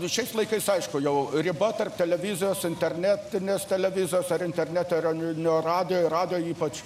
nu šiais laikais aišku jau riba tarp televizijos internetinės televizijos ar internetinio radijo radijo ypač